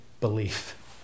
belief